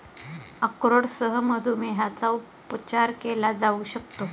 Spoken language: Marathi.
अक्रोडसह मधुमेहाचा उपचार केला जाऊ शकतो